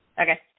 Okay